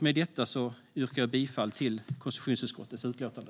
Med detta yrkar jag bifall till förslaget i konstitutionsutskottets utlåtande.